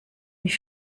wie